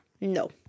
no